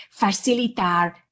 facilitar